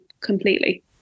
completely